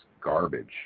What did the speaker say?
garbage